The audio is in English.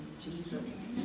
Jesus